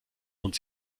und